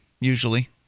usually